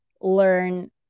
learn